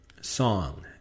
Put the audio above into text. song